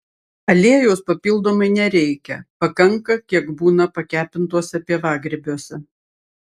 aliejaus papildomai nereikia pakanka kiek būna pakepintuose pievagrybiuose